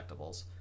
collectibles